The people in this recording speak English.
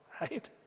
right